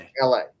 LA